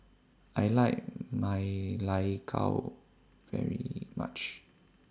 I like Ma Lai Gao very much